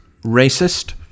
racist